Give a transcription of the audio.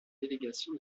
délégation